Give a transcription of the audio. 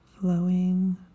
flowing